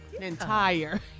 Entire